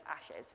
ashes